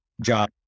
job